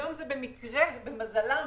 היום זה במקרה למזלם